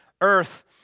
Earth